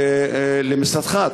שקשורות למשרדך,